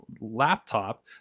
laptop